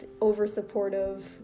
over-supportive